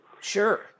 Sure